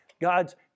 God's